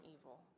evil